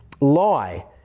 lie